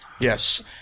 Yes